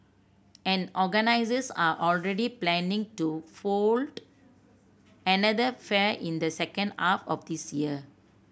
and organisers are already planning to fold another fair in the second half of this year